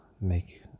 make